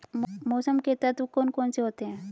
मौसम के तत्व कौन कौन से होते हैं?